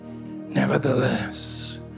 Nevertheless